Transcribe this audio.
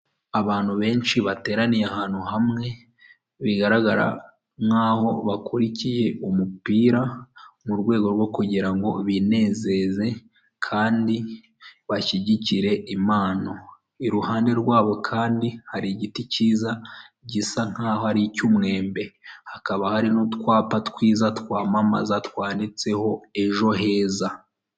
Abantu benshi bateraniye ahantu hamwe, bigaragara nk'aho bakurikiye umupira murwego rwo kugirango ngo binezeze kandi bashyigikire impano. Iruhande rw'abo kandi hari igiti cyiza gisa nk'aho ari icy'umwembe, hakaba hari n'utwapa twiza twamamaza twanditseho ejo heza.